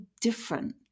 different